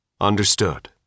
Understood